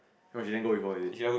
oh she never go before is it